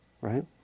right